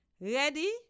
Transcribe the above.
ready